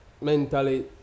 mentally